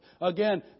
Again